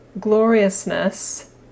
gloriousness